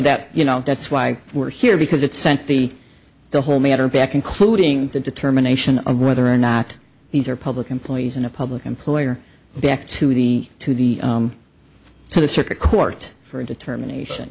that you know that's why we're here because it sent the the whole matter back including the determination of whether or not these are public employees and a public employee or back to the to the to the circuit court for a determination